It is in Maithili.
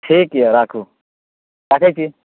ठीक यऽ राखू राखैत छी